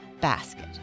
basket